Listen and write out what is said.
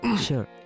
Sure